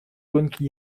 гонки